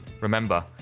Remember